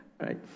Right